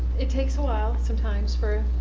it takes a while sometimes for,